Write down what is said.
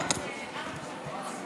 עשר דקות.